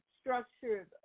structured